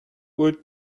would